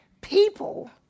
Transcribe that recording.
people